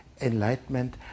enlightenment